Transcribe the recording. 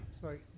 Sorry